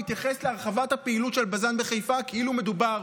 להתייחס להרחבת הפעילות של בז"ן בחיפה כאילו מדובר